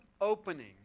opening